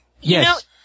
Yes